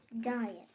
diet